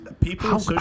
people